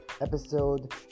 episode